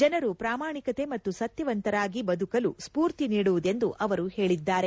ಜನರು ಪ್ರಾಮಾಣಿಕತೆ ಮತ್ತು ಸತ್ತವಂತರಾಗಿ ಬದುಕಲು ಸ್ವೂರ್ತಿ ನೀಡುವುದೆಂದು ಅವರು ಹೇಳಿದ್ದಾರೆ